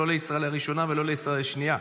לא לישראל הראשונה ולא לישראל השנייה.